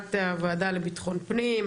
ישיבת הוועדה לבטחון פנים,